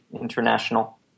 international